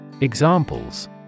Examples